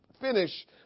finish